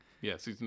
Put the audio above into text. Yes